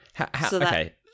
Okay